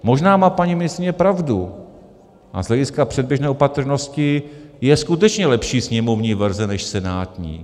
Možná má paní ministryně pravdu a z hlediska předběžné opatrnosti je skutečně lepší sněmovní verze než senátní.